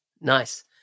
Nice